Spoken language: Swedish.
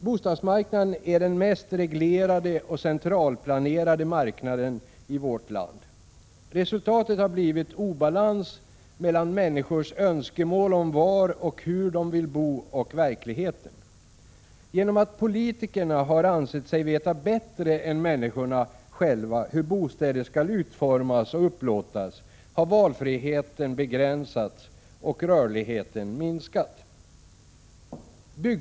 Bostadsmarknaden är den mest reglerade och centralplanee XX Ä— rade marknaden i vårt land. Resultatet har blivit obalans mellan människors önskemål om var och hur de vill bo och verkligheten. På grund av att politiker ansett sig veta bättre än människorna själva hur bostäder skall utformas och upplåtas har valfriheten begränsats och rörligheten minskats.